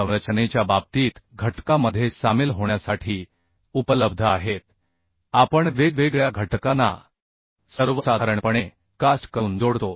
संरचनेच्या बाबतीत घटकामध्ये सामील होण्यासाठी उपलब्ध आहेत आपण वेगवेगळ्या घटका ना सर्वसाधारणपणे कास्ट करून जोडतो